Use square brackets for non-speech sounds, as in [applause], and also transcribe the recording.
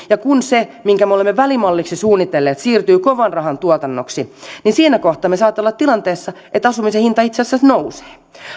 [unintelligible] ja kun se minkä me olemme välimalliksi suunnitelleet siirtyy kovanrahan tuotannoksi siinä kohtaa me saatamme olla tilanteessa että asumisen hinta itse asiassa nousee